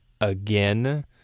again